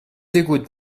écoute